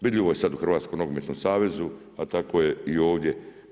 Vidljivo je sada u Hrvatskom nogometnom savezu, a tako je i ovdje.